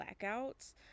blackouts